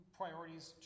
priorities